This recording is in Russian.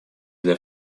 для